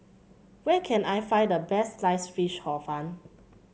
where can I find the best Sliced Fish Hor Fun